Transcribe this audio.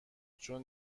چون